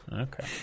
Okay